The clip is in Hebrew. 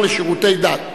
לשר לשירותי דת.